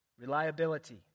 reliability